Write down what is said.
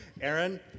Aaron